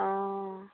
অঁ